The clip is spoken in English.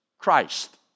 Christ